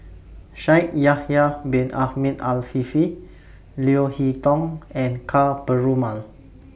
Shaikh Yahya Bin Ahmed Afifi Leo Hee Tong and Ka Perumal